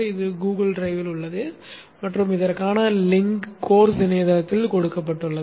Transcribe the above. இது கூகுள் டிரைவில் உள்ளது மற்றும் இதற்கான லிங்க் கோர்ஸ் இணையதளத்தில் கொடுக்கப்பட்டுள்ளது